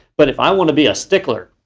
but if i want to be a stickler,